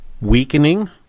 weakening